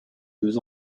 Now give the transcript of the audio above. deux